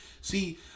See